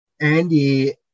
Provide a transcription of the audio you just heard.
Andy